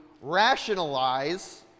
rationalize